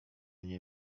nie